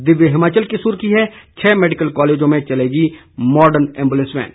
दिव्य हिमाचल की सुर्खी है छह मेडिकल कॉलेजों में चलेंगी मॉर्डन एंबुलेंस वैन